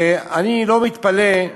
ואני לא מתפלא,